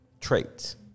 traits